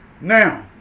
Now